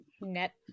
net